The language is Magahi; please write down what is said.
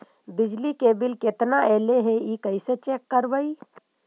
बिजली के बिल केतना ऐले हे इ कैसे चेक करबइ?